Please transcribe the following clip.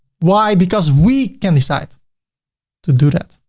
why? because we can decide to do that.